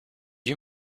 you